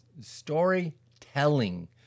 storytelling